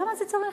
לא,